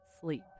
sleep